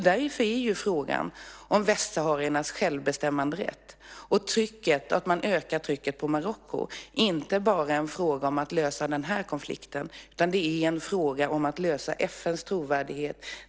Därför är frågan om västsahariernas självbestämmanderätt och att man ökar trycket på Marocko inte bara en fråga om att lösa den här konflikten utan det är en fråga om att stärka FN:s trovärdighet.